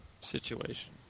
situation